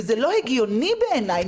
וזה לא הגיוני בעיניי,